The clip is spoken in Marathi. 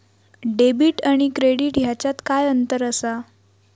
डेबिट आणि क्रेडिट ह्याच्यात काय अंतर असा?